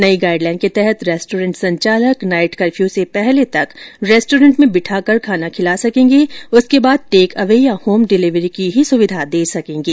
नई गाइडलाइन के तहत रेस्टोरेंट्स संचालक नाइट कर्फ़यू से पहले तक रेस्टोरेंट में बिठाकर खाना खिला सकेंगे उसके बाद टेक अवे या होम डिलीवरी की ही सुविधा दे सकेंगे